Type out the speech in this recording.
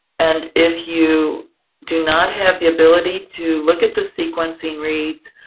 and if you do not have the ability to look at the sequencing reads,